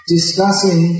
Discussing